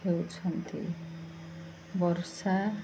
ହେଉଛନ୍ତି ବର୍ଷା